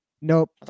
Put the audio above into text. Nope